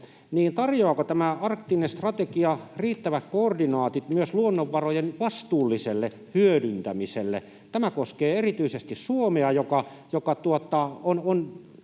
tarjoaako tämä arktinen strategia riittävät koordinaatit myös luonnonvarojen vastuulliselle hyödyntämiselle? Tämä koskee erityisesti Suomea, joka on